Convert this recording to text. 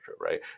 right